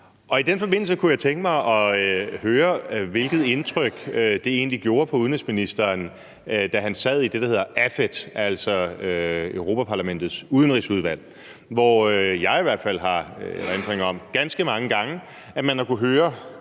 I den forbindelse kunne jeg tænke mig at høre, hvilket indtryk det egentlig gjorde på udenrigsministeren, da han sad i det, der hedder AFET, altså Europa-Parlamentets udenrigsudvalg, hvor jeg i hvert fald har erindring om at man ganske mange gange har kunnet høre